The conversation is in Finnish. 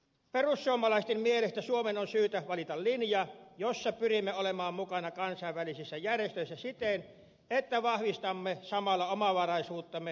perussuomalaisten mielestä suomen on syytä valita linja jossa pyrimme olemaan mukana kansainvälisissä järjestöissä siten että vahvistamme samalla omavaraisuuttamme energiantuotannossa ja huoltovarmuudessa